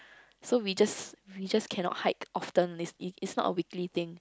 so we just we just cannot hike often it's not a weekly thing